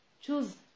choose